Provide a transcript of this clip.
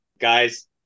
Guys